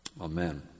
Amen